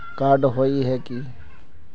Card होय है की?